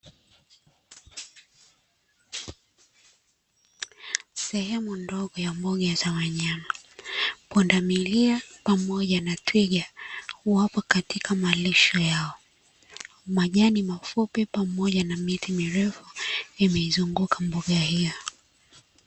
Sehemu ndogo ya mbuga za wanyama. Pundamilia pamoja na twiga wapo katika malisho yao. Majani mafupi pamoja na miti mirefu yameizunguka mbuga hiyo.